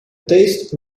taste